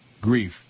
grief